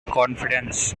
confidence